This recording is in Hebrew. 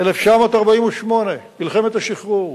1948, מלחמת השחרור,